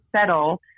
settle